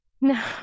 No